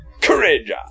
Courage